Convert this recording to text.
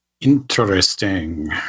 Interesting